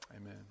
Amen